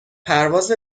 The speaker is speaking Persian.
پرواز